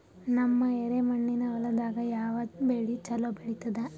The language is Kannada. ನಮ್ಮ ಎರೆಮಣ್ಣಿನ ಹೊಲದಾಗ ಯಾವ ಬೆಳಿ ಚಲೋ ಬೆಳಿತದ?